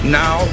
now